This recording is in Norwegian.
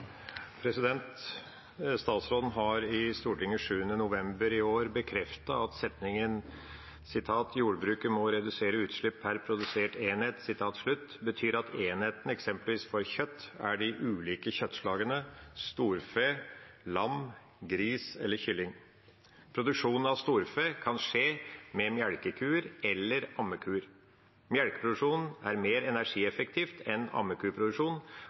produsert enhet» betyr at enheten eksempelvis for kjøtt er de ulike kjøttslagene; storfe, lam, gris eller kylling. Produksjonen av storfekjøtt kan skje med melkekuer eller ammekuer. Melkeproduksjon er mer energieffektivt enn ammekuproduksjon